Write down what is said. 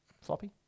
Floppy